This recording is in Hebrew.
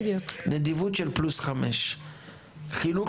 האלו, החינוך